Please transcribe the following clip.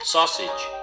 Sausage